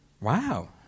Wow